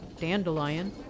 dandelion